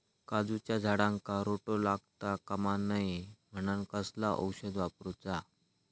काजूच्या झाडांका रोटो लागता कमा नये म्हनान कसला औषध वापरूचा?